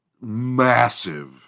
massive